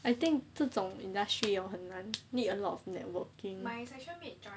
I think 这种 industry or 很难 need a lot of networking